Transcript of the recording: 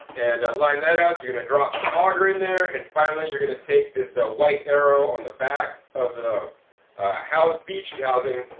and line that up. you're gonna drop the auger in there, and finally, you're gonna take this ah white arrow on the back of the feed chute housing,